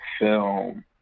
film